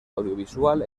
audiovisual